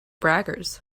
braggers